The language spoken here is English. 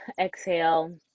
exhale